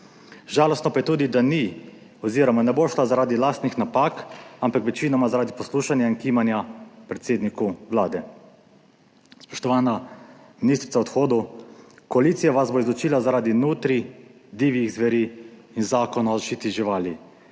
Žalostno pa je tudi, da ni oz. ne bo šla zaradi lastnih napak, ampak večinoma zaradi poslušanja in kimanja predsedniku Vlade. Spoštovana ministrica ob odhodu, koalicija vas bo izločila zaradi nutrij, divjih zveri in Zakona o zaščiti živali.